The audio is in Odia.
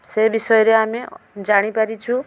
ସେହି ବିଷୟରେ ଆମେ ଜାଣିପାରିଛୁ